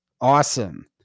Awesome